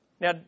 Now